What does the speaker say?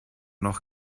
noch